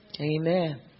Amen